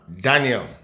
Daniel